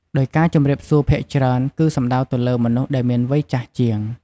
ដោយការជម្រាបសួរភាគច្រើន គឺសំដៅទៅលើមនុស្សដែរមានវ័យចាស់ជាង។